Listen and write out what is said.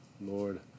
Lord